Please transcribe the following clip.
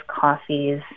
coffees